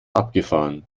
abgefahren